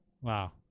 Wow